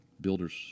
Builders